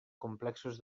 complexos